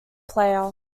player